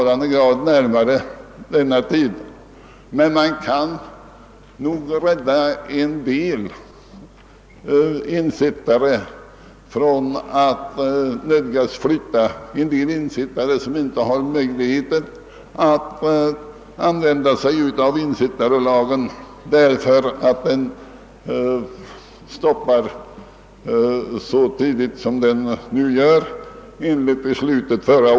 Men om detta datum flyttas tjugo år framåt, så kan man därigenom rädda en del ensittare som annars skulle nödgas flytta och som nu inte får stöd av ensittarlagen, därför att den enligt förra årets beslut bara gäller för boningshus som uppförts före den 1 januari 1928.